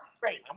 Great